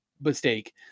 mistake